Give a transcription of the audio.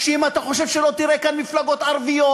אם אתה חושב שלא תראה כאן מפלגות ערביות,